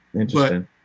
interesting